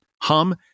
Hum